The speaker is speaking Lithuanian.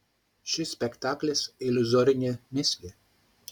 šis spektaklis iliuzorinė mįslė